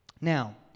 Now